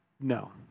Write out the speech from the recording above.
no